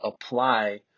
apply